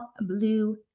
blue